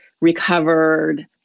recovered